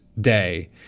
day